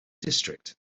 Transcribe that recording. district